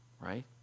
right